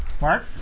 Mark